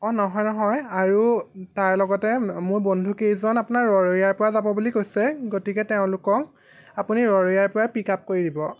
অঁ নহয় নহয় আৰু তাৰ লগতে মোৰ বন্ধু কেইজন আপোনাৰ ৰৰৈয়াৰ পৰা যাব বুলি কৈছে গতিকে তেওঁলোকক আপুনি ৰৰৈয়াৰ পৰাই পিক আপ কৰি দিব